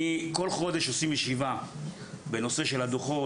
כל חודש עושים ישיבה בנושא של הדו"חות,